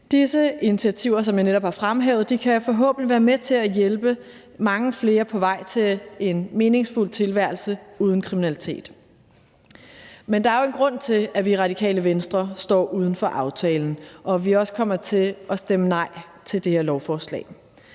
Disse initiativer, som jeg netop har fremhævet, kan forhåbentlig være med til at hjælpe mange flere på vej til en meningsfuld tilværelse uden kriminalitet. Men der er jo en grund til, at vi i Radikale Venstre står uden for aftalen, og at vi også kommer til at stemme nej til det her lovforslag.